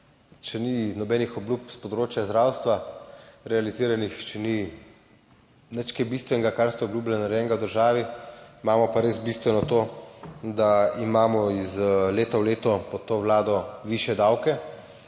Če ni nobenih obljub s področja zdravstva realiziranih, če ni nič kaj bistvenega kar ste obljubljali, narejenega v državi imamo pa res bistveno to, da imamo iz leta v leto pod to Vlado višje davke,